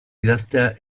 idaztea